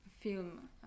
film